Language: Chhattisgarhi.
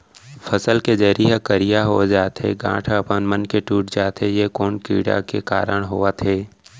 फसल के जरी ह करिया हो जाथे, गांठ ह अपनमन के टूट जाथे ए कोन कीड़ा के कारण होवत हे?